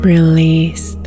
Release